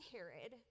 Herod